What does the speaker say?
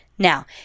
Now